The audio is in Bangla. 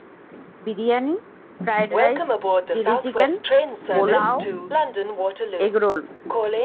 biryani fried rice chilli chicken pulao egg role